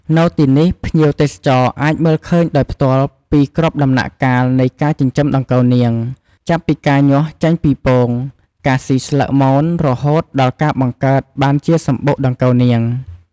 នៅទីនេះ ភ្ញៀវទេសចរអាចមើលឃើញដោយផ្ទាល់ពីគ្រប់ដំណាក់កាលនៃការចិញ្ចឹមដង្កូវនាង ចាប់ពីការញាស់ចេញពីពង ការស៊ីស្លឹកមនរហូតដល់ការបង្កើតបានជាសំបុកដង្កូវនាង ។